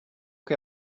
che